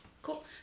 Cool